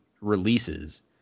releases